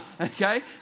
Okay